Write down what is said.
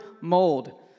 mold